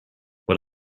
what